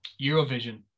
Eurovision